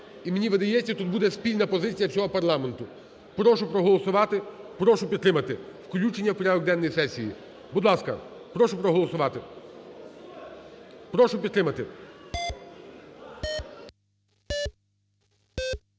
і, мені видається, тут буде спільна позиція всього парламенту. Прошу проголосувати, прошу підтримати включення в порядок денний сесії. Будь ласка, прошу проголосувати, прошу підтримати.